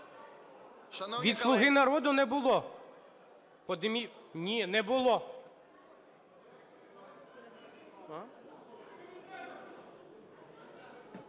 Від "Слуги народу" не було.